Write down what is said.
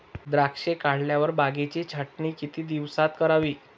द्राक्षे काढल्यावर बागेची छाटणी किती दिवसात करावी?